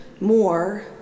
more